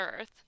earth